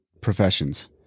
professions